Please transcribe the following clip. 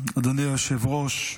אדוני היושב-ראש,